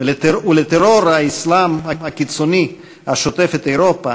ולטרור האסלאם הקיצוני השוטף את אירופה,